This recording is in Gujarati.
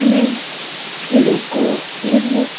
અને લોકોને હું